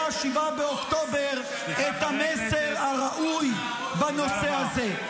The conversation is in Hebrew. השבעה באוקטובר את המסר הראוי בנושא הזה.